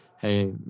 hey